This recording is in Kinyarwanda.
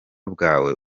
bwawe